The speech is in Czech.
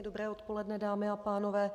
Dobré odpoledne, dámy a pánové.